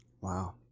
Wow